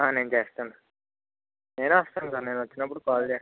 నేను చేస్తాను నేనే వస్తాను సార్ నేను వచ్చినప్పుడు కాల్ చేస్తా